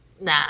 nah